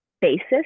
basis